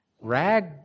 Rag